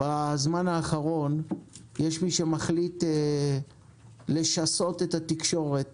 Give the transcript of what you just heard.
בזמן האחרון יש מי שמחליט לשסות את התקשורת